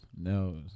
no